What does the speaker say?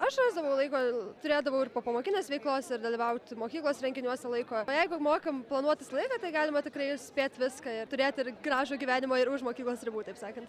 aš rasdavau laiko turėdavau ir popamokinės veiklos ir dalyvaut mokyklos renginiuose laiko jeigu mokam planuotis laiką tai galima tikrai spėt viską i turėti ir gražų gyvenimą ir už mokyklos ribų taip sakant